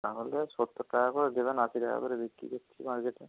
তাহলে সত্তর টাকা করে দেবেন আশি টাকা করে বিক্রি করছি মার্কেটে